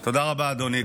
תודה רבה, אדוני.